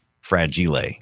fragile